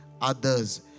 others